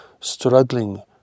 struggling